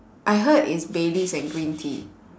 I heard is baileys and green tea